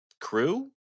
crew